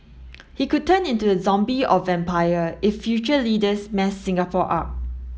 he could turn into a zombie or vampire if future leaders mess Singapore up